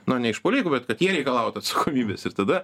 nu ne iš politikų bet kad jie reikalautų atsakomybės ir tada